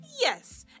Yes